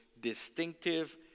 distinctive